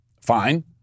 fine